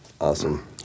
Awesome